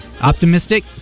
Optimistic